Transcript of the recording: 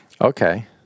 Okay